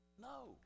No